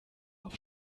auf